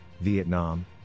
Vietnam